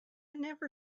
never